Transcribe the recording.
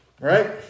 Right